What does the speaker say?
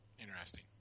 Interesting